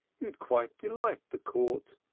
you'd quite delight the court.